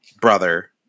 brother